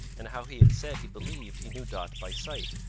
and how he had said he believed he knew dot by sight,